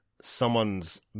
someone's